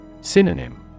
Synonym